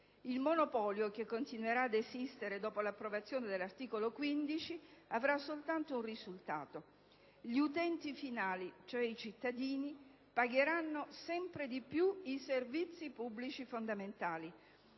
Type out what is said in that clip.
Il monopolio che continuerà ad esistere dopo l'approvazione dell'articolo 15 avrà soltanto un risultato: gli utenti finali, cioè i cittadini, pagheranno sempre di più i servizi pubblici fondamentali.